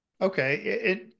Okay